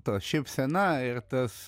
to šypsena ir tas